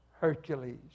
Hercules